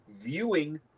viewing